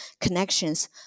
connections